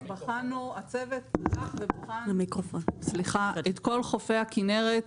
הצוות הלך ובחן את כל חופי הכנרת,